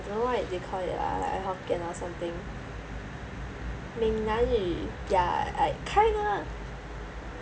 don't know what it they called lah like hokkien or something 闽南语 ya like kind ah